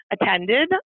attended